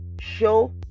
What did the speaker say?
show